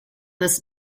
this